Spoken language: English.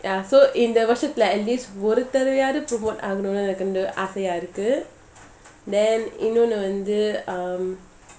ya so இந்தவருஷத்துலஒருதடவையாவது:indha varusathula oruthadavayavathu promote ஆகணும்னுஆசையாஇருக்கு:aganumnu aasaya iruku then இன்னொன்னுவந்து:innonnu vandhu um